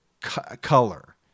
color